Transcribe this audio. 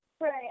Right